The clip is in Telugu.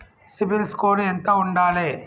సిబిల్ స్కోరు ఎంత ఉండాలే?